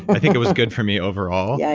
i think it was good for me overall. yeah